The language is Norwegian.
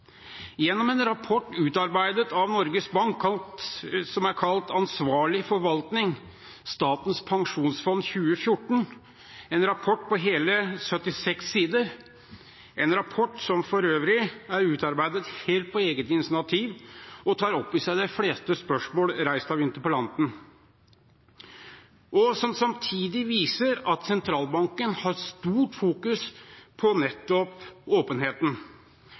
Gjennom en rapport utarbeidet av Norges Bank som er kalt «Ansvarlig forvaltning 2014 – Statens pensjonsfond utland», en rapport på hele 76 sider, som for øvrig er utarbeidet helt på eget initiativ og tar opp i seg de fleste spørsmål reist av interpellanten, viser man samtidig at sentralbanken har stort fokus på nettopp åpenheten.